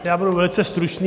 Já budu velice stručný.